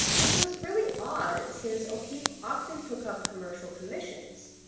which was really odd since o'keeffe often took up commercial commissions.